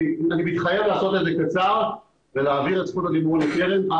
אני מתחייב לעשות את זה קצר ולהעביר את זכות הדיבור לקרן.